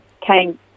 came